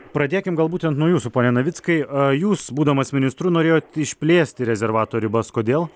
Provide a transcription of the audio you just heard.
pradėkim gal būtent nuo jūsų pone navickai jūs būdamas ministru norėjot išplėsti rezervato ribas kodėl